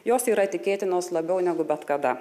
jos yra tikėtinos labiau negu bet kada